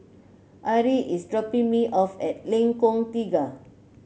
Arie is dropping me off at Lengkong Tiga